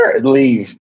Leave